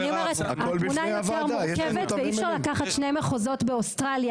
אני רק אומרת שהתמונה יותר מורכבת ואי אפשר לקחת שני מחוזות באוסטרליה,